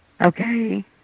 Okay